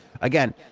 again